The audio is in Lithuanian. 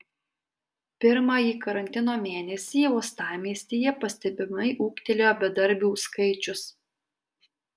pirmąjį karantino mėnesį uostamiestyje pastebimai ūgtelėjo bedarbių skaičius